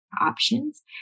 options